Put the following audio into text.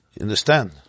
understand